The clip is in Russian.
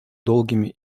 долгими